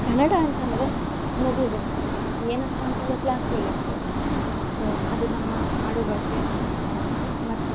ಕನ್ನಡ ಅಂತಂದರೆ ನೆಗ್ಲಿಜೆನ್ಸ್ ಏನಪ್ಪ ಅಂತಂದರೆ ಕ್ಲಾಸ್ ಕೇಳಿರ್ತಿವಲ್ಲ ಸೊ ಅದು ನಮ್ಮ ಆಡುಭಾಷೆ ಅದು ಮತ್ತು